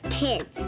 kids